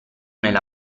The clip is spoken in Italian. nella